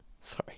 Sorry